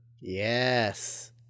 Yes